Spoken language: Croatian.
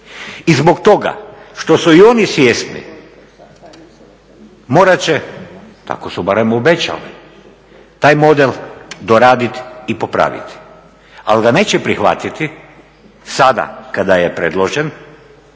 I zbog toga što su i oni svjesni morat će, tako su barem obećali, taj model doradit i popravit, ali ga neće prihvatiti sada kada je predložen